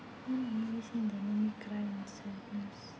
what movies have you seen that make you cry in sadness